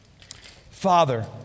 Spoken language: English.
Father